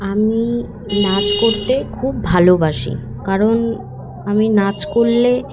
আমি নাচ করতে খুব ভালোবাসি কারণ আমি নাচ করলে